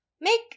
make